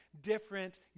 different